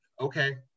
okay